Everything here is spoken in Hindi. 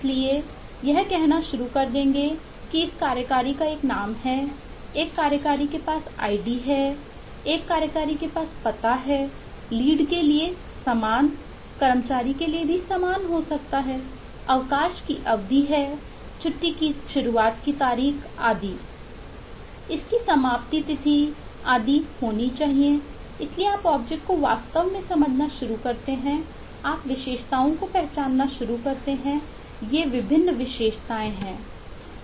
इसलिए यह कहना शुरू कर देंगे कि इस कार्यकारी का एक नाम है एक कार्यकारी के पास एक आईडी को वास्तव में समझना शुरू करते हैं आप विशेषताओं को पहचानना शुरू करते हैंये विभिन्न विशेषताएं हैं